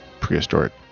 prehistoric